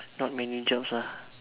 not many jobs lah